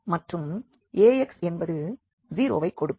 மற்றும் Ax என்பது 0 வைக்கொடுக்கும்